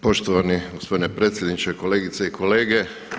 Poštovani gospodine predsjedniče, kolegice i kolege.